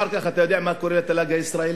אחר כך, אתה יודע מה קורה לתל"ג הישראלי?